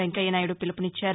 Venkaiah Naidu పీలువునిచ్చారు